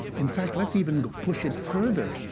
in fact, let's even push it further,